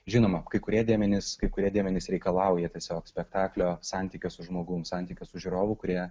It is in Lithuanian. žinoma kai kurie dėmenys kai kurie dėmenys reikalauja tiesiog spektaklio santykio su žmogum santykio su žiūrovu kurie